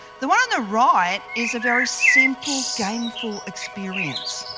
the one on the right is a very simple gameful experience,